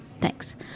Thanks